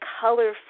colorful